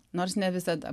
nors ne visada